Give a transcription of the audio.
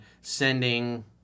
sending